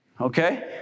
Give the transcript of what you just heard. okay